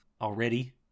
already